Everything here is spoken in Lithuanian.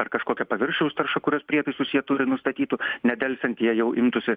ar kažkokio paviršiaus tarša kurios prietaisus jie turi nustatytų nedelsiant jie jau imtųsi